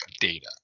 data